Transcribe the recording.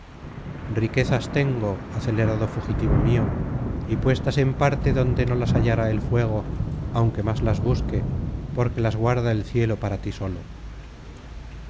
riquezas tengo acelerado fugitivo mio y puestas en parte donde no las hallará el fuego aunque más las busque porque las guarda el cielo para tí solo